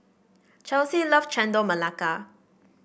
Chelsie love Chendol Melaka